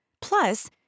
Plus